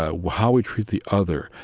ah how we treat the other,